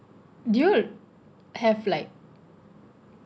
do you have like